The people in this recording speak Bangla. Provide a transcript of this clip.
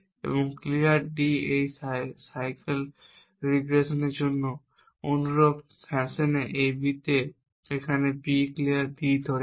এবং ক্লিয়ার D এই সাইকেল রিগ্রেসের জন্য অনুরূপ ফ্যাশনে AB তে এখানে B ক্লিয়ার D ধরে আছে